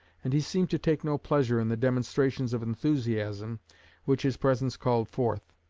and he seemed to take no pleasure in the demonstrations of enthusiasm which his presence called forth.